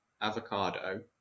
avocado